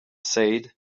said